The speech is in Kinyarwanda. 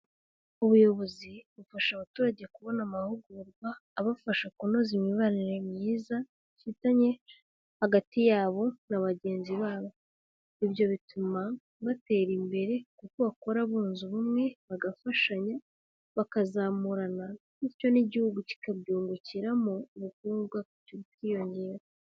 Ubuyobozi bufasha abaturage kubona amahugurwa abafasha kunoza imibanire myiza bafitanye hagati yabo na bagenzi babo, ibyo bituma batera imbere kuko bakora bunze ubumwe bagafashanya, bakazamurana, bityo n'igihugu kikabyungukiramo ubukungu bwacyo bukiyongera.